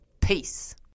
Peace